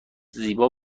زیبا